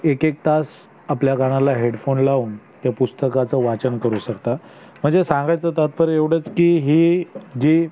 एक एक तास आपल्या कानाला हेडफोन लावून ते पुस्तकाचं वाचन करू शकता म्हणजे सांगायचं तात्पर्य एवढंच की ही जी